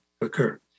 occur